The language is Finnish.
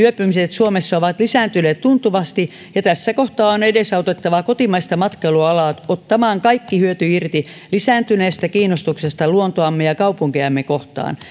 suomessa ovat lisääntyneet tuntuvasti ja tässä kohtaa on edesautettava kotimaista matkailualaa ottamaan kaikki hyöty irti lisääntyneestä kiinnostuksesta luontoamme ja kaupunkejamme kohtaan